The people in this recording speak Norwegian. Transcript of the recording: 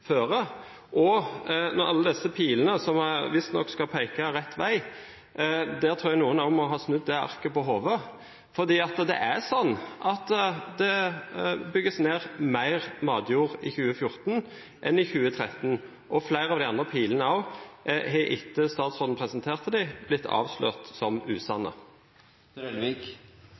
alle disse pilene som visstnok skal peke rett vei, tror jeg noen må ha snudd det arket på hodet, for det ble bygget ned mer matjord i 2014 enn i 2013. Flere av de andre pilene har også, etter at statsråden presenterte dem, blitt avslørt som